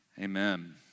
Amen